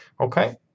okay